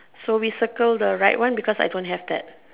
so we circle the right one because I don't have that